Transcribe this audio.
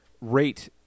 rate